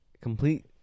complete